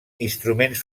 instruments